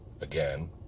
again